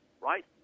right